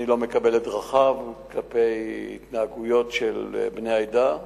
אני לא מקבל את דרכיו כלפי התנהגויות של בני העדה,